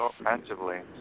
offensively